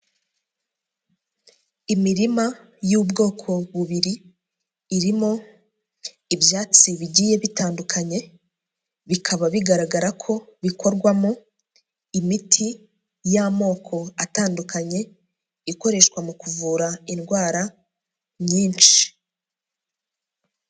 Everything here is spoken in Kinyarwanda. Imirima y'ubwoko bubiri, irimo ibyatsi bigiye bitandukanye, bikaba bigaragara ko bikorwamo imiti y'amoko atandukanye, ikoreshwa mu kuvura indwara nyinshi.